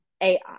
AI